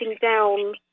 down